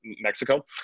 Mexico